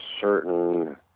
certain